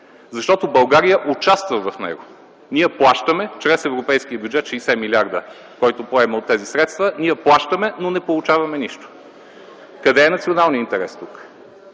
Защото България участва в него! Ние плащаме чрез европейския бюджет 60 милиарда, който поема от тези средства. Ние плащаме, но не получаваме нищо. Къде е националният интерес?